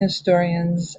historians